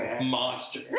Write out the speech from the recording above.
monster